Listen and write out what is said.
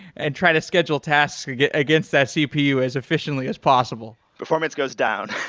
and try to schedule tasks against that cpu as efficiently as possible. performance goes down.